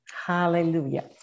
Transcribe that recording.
Hallelujah